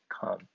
come